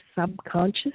subconscious